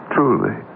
Truly